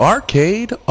Arcade